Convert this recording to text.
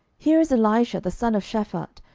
here is elisha the son of shaphat,